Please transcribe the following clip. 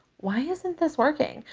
why isn't this working?